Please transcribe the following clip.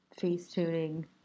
face-tuning